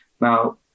Now